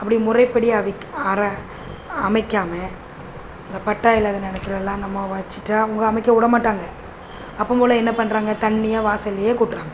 அப்படி முறைப்படி அதை அர அமைக்காமல் அங்கே பட்டா இல்லாத நிலத்துலல்லாம் நம்ம வச்சுட்டு அவங்க அமைக்க விட மாட்டாங்க அப்போம் போல் என்ன பண்ணுறாங்க தண்ணியை வாசலில் கொட்டுகிறாங்க